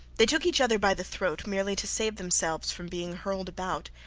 they took each other by the throat merely to save themselves from being hurled about.